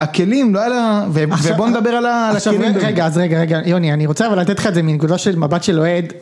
הכלים, לא היה לה.. ובוא נדבר על הכלים. רגע, אז רגע, רגע, יוני, אני רוצה אבל לתת לך את זה מנקודות של מבט של אוהד.